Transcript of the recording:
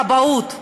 כבאות,